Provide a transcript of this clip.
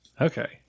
Okay